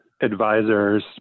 advisors